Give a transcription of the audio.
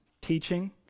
teaching